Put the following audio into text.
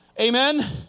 Amen